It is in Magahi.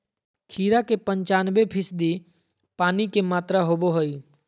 खीरा में पंचानबे फीसदी पानी के मात्रा होबो हइ